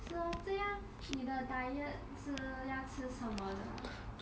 是咯这样你的 diet 是要吃什么的